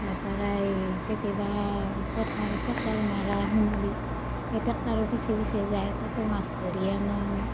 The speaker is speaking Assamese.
তাৰপাৰাই কেতিয়াবা পথাৰত ট্ৰেক্টৰ মৰা শুনিলে এই টেকটাৰৰ পিছে পিছে যাই তাতো মাছ ধৰি আনোঁ আমি